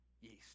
yeast